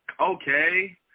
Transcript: okay